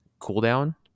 cooldown